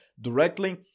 directly